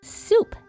soup